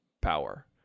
power